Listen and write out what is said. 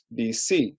BC